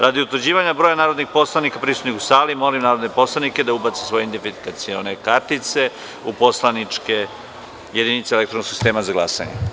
Radi utvrđivanja broja narodnih poslanika prisutnih u sali, molim narodne poslanike da ubace svoje identifikacione kartice u poslaničke jedinice elektronskog sistema za glasanje.